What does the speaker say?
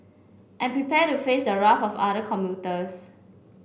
and prepare to face the wrath of other commuters